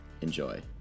Enjoy